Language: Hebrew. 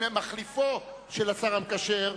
מחליפו של השר המקשר,